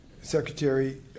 Secretary